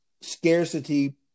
scarcity